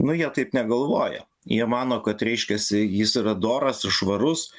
nu jie taip negalvoja jie mano kad reiškiasi jis yra doras ir švarus